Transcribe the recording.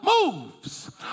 moves